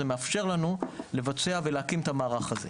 זה מאפשר לנו לבצע ולהקים את המערך הזה.